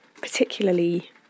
particularly